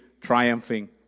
triumphing